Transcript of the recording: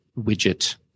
widget